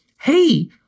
hey